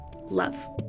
Love